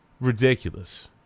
ridiculous